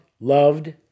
loved